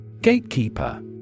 Gatekeeper